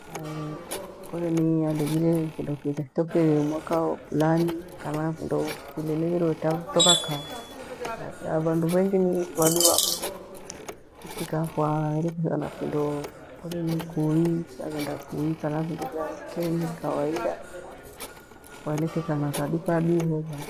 kole ni alejire kindo kindetokei mwaka ho furani kana vindo vileleghero toka kala. Avandu vengi ni vandu vakwa fuchiikaa fwaelekezana vindo kole ni kui fwaghenda kui kana vindo vya kenyi kawaida twaelekethana kadukaduho badhi.